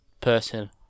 person